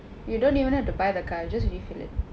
you don't even have to buy the car just refill it